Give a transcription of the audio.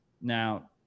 Now